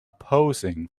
posing